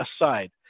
aside